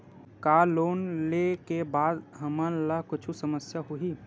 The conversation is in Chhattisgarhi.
का लोन ले के बाद हमन ला कुछु समस्या होही?